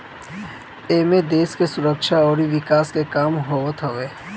एमे देस के सुरक्षा अउरी विकास के काम होत हवे